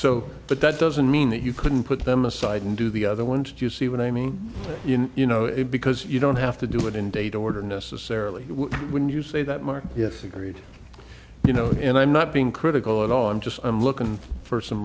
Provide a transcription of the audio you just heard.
so but that doesn't mean that you couldn't put them aside and do the other ones to see what i mean you know it because you don't have to do it in date order necessarily when you say that mark yes agreed you know and i'm not being critical at all i'm just i'm looking for some